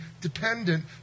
dependent